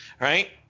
right